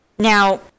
Now